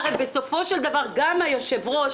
הרי בסופו של דבר גם היושב-ראש,